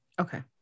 Okay